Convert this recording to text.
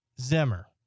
Zimmer